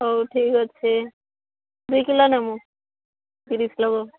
ହଉ ଠିକ୍ ଅଛି ଦୁଇକିଲୋ ନେବୁ ତିରିଶ ଦେବ